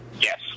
yes